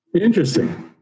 interesting